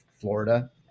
Florida